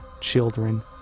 children